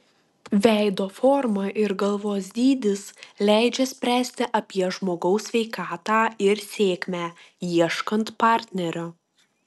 veido forma ir galvos dydis leidžia spręsti apie žmogaus sveikatą ir sėkmę ieškant partnerio